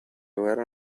guerra